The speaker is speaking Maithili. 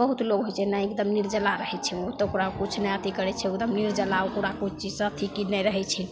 बहुत लोक होइ छै नहि एकदम निर्जला रहै छै ओ तऽ ओकरा किछु नहि अथी करै छै ओ एकदम निर्जला ओ पूरा ओ कोइ चीजसे अथी ई नहि रहै छै